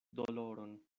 doloron